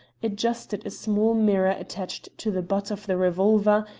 adjusted a small mirror attached to the butt of the revolver,